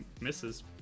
misses